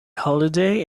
holiday